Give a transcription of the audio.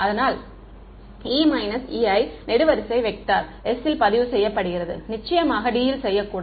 அதனால் E Ei நெடுவரிசை vector s ல் பதிவு செய்யப்படுகிறது நிச்சயமாக d ல் செய்ய கூடாது